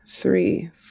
three